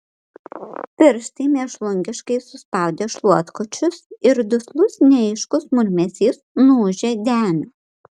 pirštai mėšlungiškai suspaudė šluotkočius ir duslus neaiškus murmesys nuūžė deniu